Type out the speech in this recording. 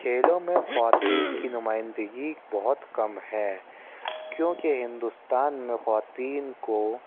کھیلوں میں خواتین کی نمائندگی بہت کم ہے کیونکہ ہندوستان میں خواتین کو